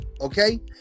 Okay